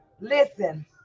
Listen